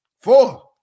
Four